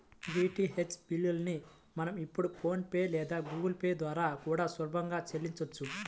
DTH బిల్లుల్ని మనం ఇప్పుడు ఫోన్ పే లేదా గుగుల్ పే ల ద్వారా కూడా సులభంగా చెల్లించొచ్చు